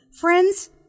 Friends